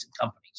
companies